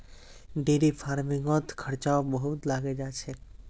dairy फ़ार्मिंगत खर्चाओ बहुत लागे जा छेक